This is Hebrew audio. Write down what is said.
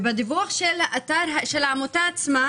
ובדיווח של העמותה עצמה